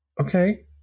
Okay